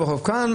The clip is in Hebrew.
--- כאן,